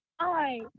Hi